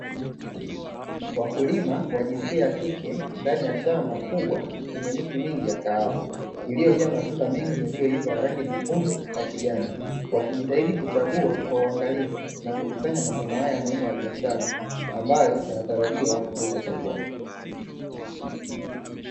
Wakulima wa jinsia ya kike ndani ya shamba kubwa lenye miti mingi ya kahawa, iliyojaa matunda mengi yaliyoiva ya rangi nyekundu na kijani, wakijitahidi kuchagua kwa uangalifu na kukusanya mavuno haya muhimu ya biashara, ambayo yanatarajiwa kuuzwa sokoni.